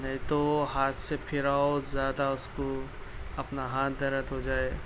نئی تو ہاتھ سے پھراؤ زیادہ اس کو اپنا ہاتھ درد ہو جائے